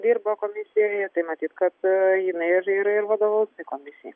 dirba komisijoje tai matyt kad jinai ir ir vadovaus tai komisijai